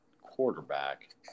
quarterback